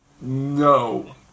No